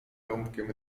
rąbkiem